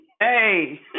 Hey